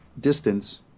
distance